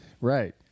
Right